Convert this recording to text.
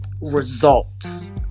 Results